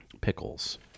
pickles